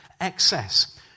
excess